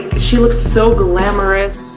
she looked so glamorous.